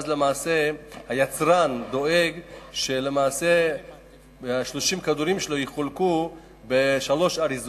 ואז היצרן דואג שלמעשה 30 הכדורים שלו יחולקו בשלוש אריזות,